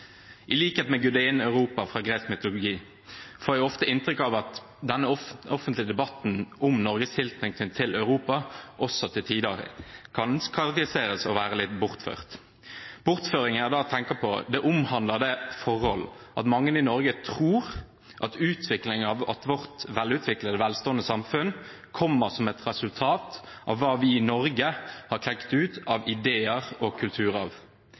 i likhet med gudinnen Europa fra gresk mytologi. Bortføringen jeg da tenker på, omhandler det forhold at mange i Norge tror at utviklingen av vårt velutviklede og velstående samfunn kommer som et resultat av hva vi i Norge har klekket ut av ideer og kulturarv.